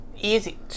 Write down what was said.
Easy